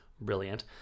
brilliant